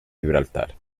gibraltar